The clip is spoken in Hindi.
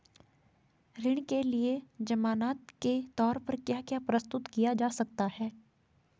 ऋण के लिए ज़मानात के तोर पर क्या क्या प्रस्तुत किया जा सकता है?